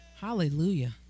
Hallelujah